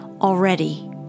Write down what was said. already